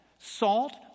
Salt